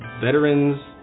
Veterans